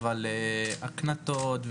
אבל הקנטות,